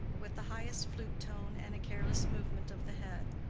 with the lightest flute-tone and a careless movement of the head,